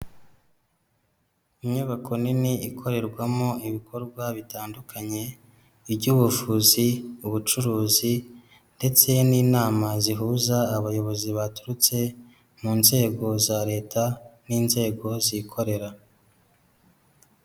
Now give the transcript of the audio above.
Inyubako nini ikorerwamo ibikorwa bitandukanye, iby'ubuvuzi, ubucuruzi ndetse n'inama zihuza abayobozi baturutse mu nzego za Leta n'inzego zikorera.